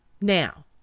Now